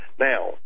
Now